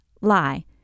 Lie